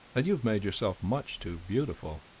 and you've made yourself much too beautiful,